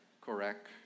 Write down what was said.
correct